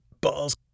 balls